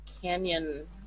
Canyon